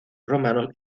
romanos